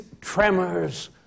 tremors